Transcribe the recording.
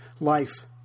life